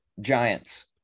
Giants